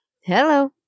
Hello